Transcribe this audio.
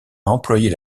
employer